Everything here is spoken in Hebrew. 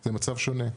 זה מצב שונה.